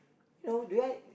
you know do I